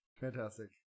Fantastic